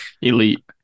elite